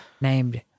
named